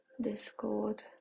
discord